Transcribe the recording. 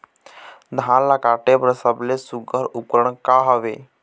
धान ला काटे बर सबले सुघ्घर उपकरण का हवए?